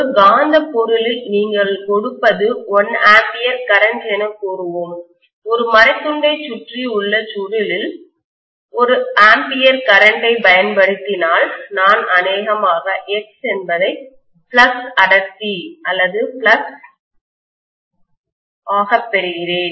ஒரு காந்தப் பொருளில் நீங்கள் கொடுப்பது 1 A கரண்ட் என கூறுவோம் ஒரு மரத் துண்டைச் சுற்றி உள்ள சுருளில் ஒரு 1 A கரண்ட்டை பயன்படுத்தினால் நான் அநேகமாக X என்பதை ஃப்ளக்ஸ் அடர்த்தி அல்லது ஃப்ளக்ஸ் ஆகப் பெறுவேன்